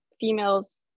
females